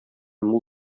мул